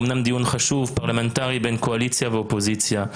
הוא אמנם דיון פרלמנטרי חשוב בין קואליציה לבין אופוזיציה,